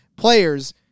players